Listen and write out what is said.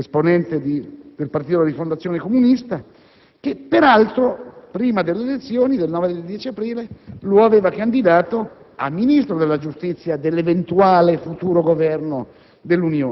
contro le riforme e contro una parte politica che quelle riforme aveva proposto al corpo elettorale, aveva avuto un mandato per realizzarle e le aveva realizzate.